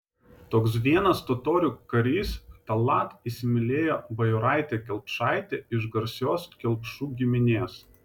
toks vienas totorių karys tallat įsimylėjo bajoraitę kelpšaitę iš garsios kelpšų giminės